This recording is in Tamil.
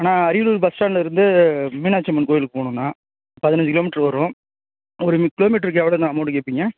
அண்ணா அரியலூர் பஸ் ஸ்டாண்ட்டில் இருந்து மீனாட்சி அம்மன் கோயிலுக்கு போகணுண்ணா பதினஞ்சு கிலோ மீட்ரு வரும் ஒரு கிலோ மீட்ருக்கு எவ்வளோண்ணா அமௌண்ட் கேட்பிங்க